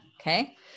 Okay